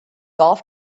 golf